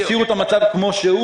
תשאירו את המצב כמו שהוא